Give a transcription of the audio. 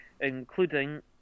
including